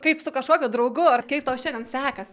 kaip su kažkokiu draugu ar kaip tau šiandien sekasi